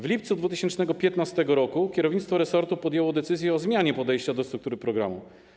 W lipcu 2015 r. kierownictwo resortu podjęło decyzję o zmianie podejścia do struktury programu.